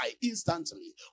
instantly